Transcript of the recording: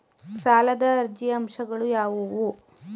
ಸಾಲದ ಅರ್ಜಿಯ ಅಂಶಗಳು ಯಾವುವು?